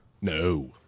No